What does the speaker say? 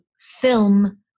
film